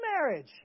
marriage